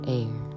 air